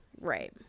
right